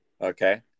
Okay